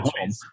home